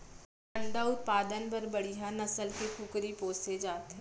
अंडा उत्पादन बर बड़िहा नसल के कुकरी पोसे जाथे